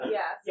Yes